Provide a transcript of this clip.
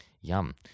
Yum